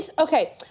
Okay